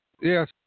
Yes